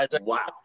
wow